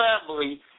family